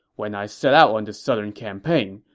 when i set out on this southern campaign,